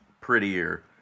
prettier